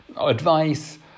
advice